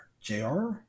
Jr